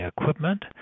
equipment